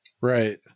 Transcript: right